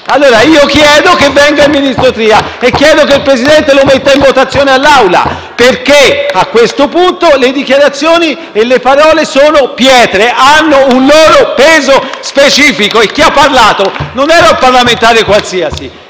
Allora io chiedo che venga il ministro Tria e chiedo che il Presidente metta ai voti tale richiesta, perché a questo punto le dichiarazioni e le parole sono pietre e hanno un loro peso specifico. Chi ha parlato non è un parlamentare qualsiasi,